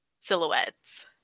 silhouettes